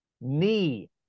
knee